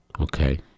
Okay